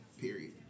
period